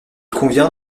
convient